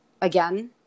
again